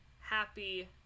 happy